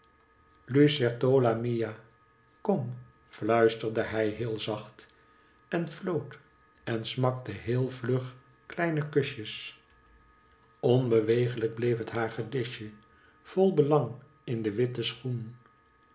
lucertola mia kom fluisterde hij heel zacht en floot en smakte heel vlug kleine kusjes onbewegelijk bleef het hagedisje vol belang in den witten schoen